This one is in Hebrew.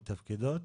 הן מתפקדות?